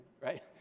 right